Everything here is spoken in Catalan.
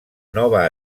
nova